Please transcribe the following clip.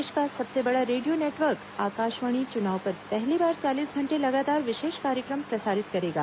देश का सबसे बड़ा रेडियो नेटवर्क आकाशवाणी चुनाव पर पहली बार चालीस घंटे लगातार विशेष कार्यक्रम प्रसारित करेगा